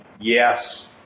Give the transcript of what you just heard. yes